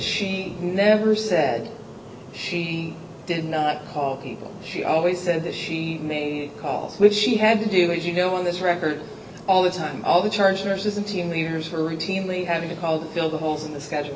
she never said she did not call people she always said that she may call which she had to do as you know on this record all the time all the chargers and team leaders are routinely having to call fill the holes in the schedule